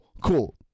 cool